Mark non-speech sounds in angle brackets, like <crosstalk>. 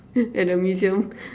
at the museum <laughs>